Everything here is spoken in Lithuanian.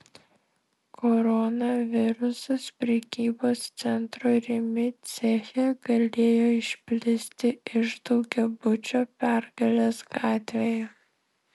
koronavirusas prekybos centro rimi ceche galėjo išplisti iš daugiabučio pergalės gatvėje